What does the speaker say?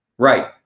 Right